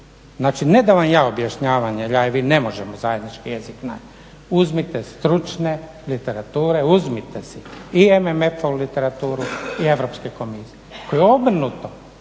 Znači ne da vam ja objašnjavam jer ja i vi ne možemo zajednički jezik naći, uzmite stručne literature, uzmite se i MMF literaturu i Europske komisije koja obrnuto